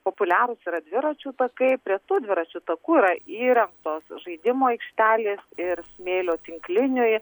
populiarūs yra dviračių takai prie tų dviračių takų yra įrengtos žaidimų aikštelės ir smėlio tinkliniui